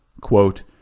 Quote